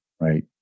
Right